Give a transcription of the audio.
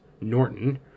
Norton